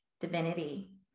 divinity